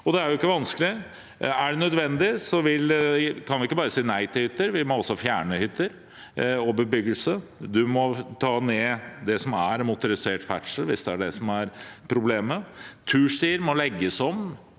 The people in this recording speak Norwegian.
Det er ikke vanskelig. Er det nødvendig, kan vi ikke bare si nei til hytter, vi må også fjerne hytter og bebyggelse, og vi må ta ned det som er av motorisert ferdsel, hvis det er det som er problemet. Turstier må legges om